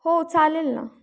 हो चालेल ना